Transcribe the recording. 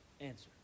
answer